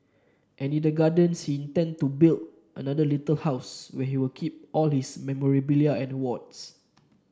and in that garden he intend to build another little house where he'll keep all his memorabilia and awards